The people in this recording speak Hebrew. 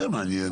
זה מעניין.